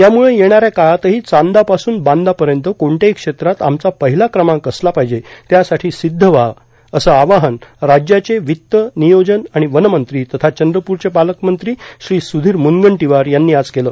त्यामुळं येणाऱ्या काळातही चांदापासून बांदापर्यत कोणत्याही क्षेत्रात आमचा पहिला क्रमांक असला पाहिजे त्यासाठी सिद्ध व्हा असं आवाहन राज्याचे वित्त नियोजन आणि वनमंत्री तथा चंद्रपूरचे पालकमंत्री श्री सुधीर म्रनगंटीवार यांनी आज केलं